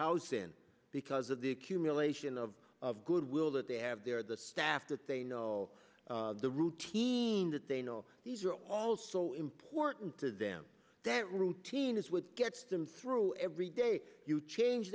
house in because of the accumulation of of goodwill that they have there the staff that they know the routine that they know these are all so important to them that routine is what gets them through every day you change